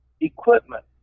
equipment